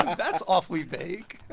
that's awfully vague